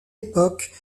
époque